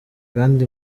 kandi